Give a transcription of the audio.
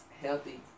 healthy